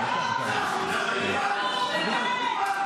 אתה תומך טרור.